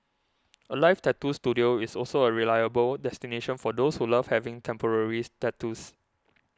Alive Tattoo Studio is also a reliable destination for those who love having temporaries tattoos